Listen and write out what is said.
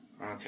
Okay